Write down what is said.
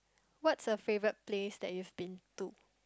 what's your favourite place that you've been to